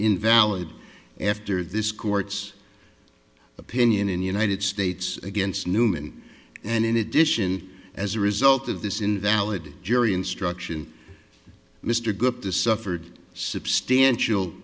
invalid after this court's opinion in the united states against newman and in addition as a result of this invalid jury instruction mr gupta suffered substantial